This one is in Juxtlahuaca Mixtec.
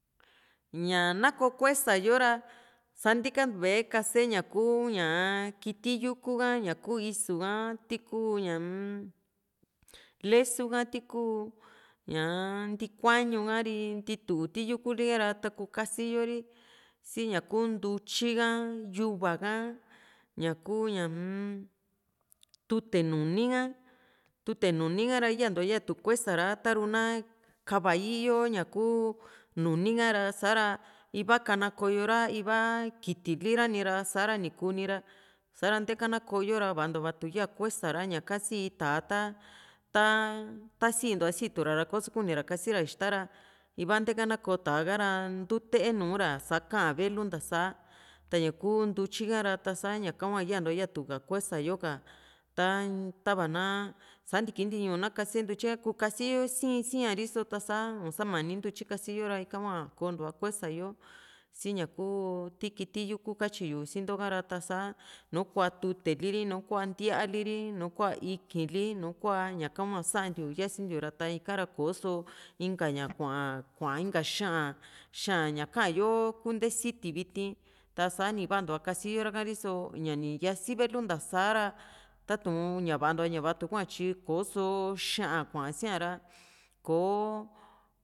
ñaa na koo kusa yo ra sa ntikantua e kase ña kuu ñaa kiti yuku ha ñaku isu ka ti kuu ñaa-m lesu ka tiku ñaa ntikuañu ka ri ntitu ti yuku li´ha ra taku kasi yori sii ña kuu ntutyi ka yuva ka ñaku ñaa-m tute nuni ka tute nuni kara yantua yaatu kuesa ra ta´ru na kava ii´yo ña kuu nuni kara sa´ra iva kana kooyo ra iva kitili ra ni ra sa´ra ni kuuni ra sa´ra nteka na ko´yo ra vantua vaatu ya kuesa ra ñaka sii tá´a ta ta sintua situ ra koso kuni ra kasi ra ixtaa ra iva nteka nako tá´a ha´ra ntete nùù ra saka tá´a veli ntasa ta ñaku ntutyi ka´ra ta sa ñaka hua yantua yatu ka kuesayo ka ta tava na sa ntiki ntiñuu na kase ntutyi kuu kase sii sii a´ri so ta´sa un samani ntutyi ka kasiyo ra ika hua koontua kuesa yo siña kuu ti kiti yuku katyiyu sinto´ka ra ta´sa nu kuaa tuteli ri nu kua ntiali ri nu kuaa ikiili nu kua ñaka hua santiu yasintiu ra ta ikara ko´so inka ña kua kua inka xa´an xa´an ña kaa´yo nte siti viti tasani vantua kasiyo raka ri´so ñani yasi velu ntasa ra tatu´n ña vantua ña vatu hua tyi ko´so xa´an kuasiara ko